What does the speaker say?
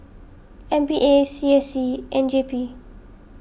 M P A C S C and J P